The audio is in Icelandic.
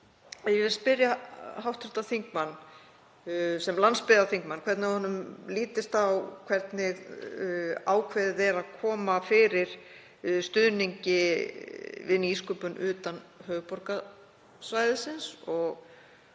ég vil spyrja hv. þingmann sem landsbyggðarþingmann hvernig honum lítist á það hvernig ákveðið er að koma fyrir stuðningi við nýsköpun utan höfuðborgarsvæðisins. Ég